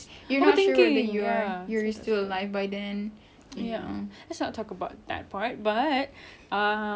ya let's not talk about that part but um how would we end humankind